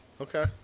Okay